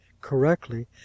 correctly